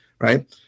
right